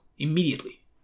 Immediately